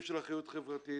של אחריות חברתית.